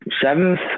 Seventh